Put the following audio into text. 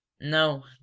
No